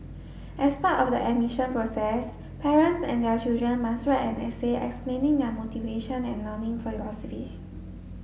as part of the admission process parents and their children must write an essay explaining their motivation and learning philosophies